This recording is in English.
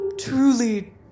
truly